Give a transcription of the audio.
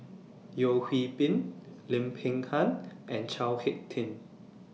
Yeo Hwee Bin Lim Peng Han and Chao Hick Tin